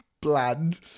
bland